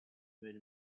made